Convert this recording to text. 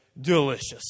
delicious